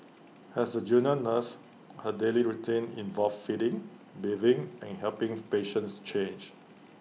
as A junior nurse her daily routine involved feeding bathing and helping patients change